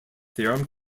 theorem